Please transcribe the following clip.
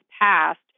passed